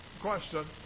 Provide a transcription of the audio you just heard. question